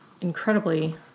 incredibly